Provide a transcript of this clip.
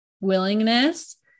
willingness